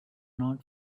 not